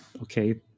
okay